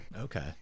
Okay